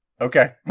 Okay